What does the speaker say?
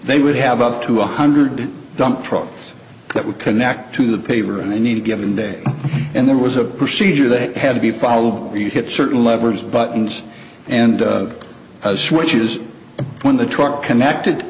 they would have up to a hundred dump truck that would connect to the paper and i need a given day and there was a procedure that had to be followed you hit certain levers buttons and switches when the truck connected